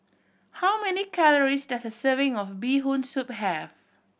how many calories does a serving of Bee Hoon Soup have